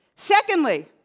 Secondly